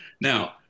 now